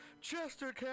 Chester